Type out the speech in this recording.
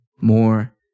more